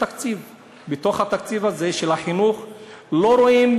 בתוך התקציב הזה של החינוך לא רואים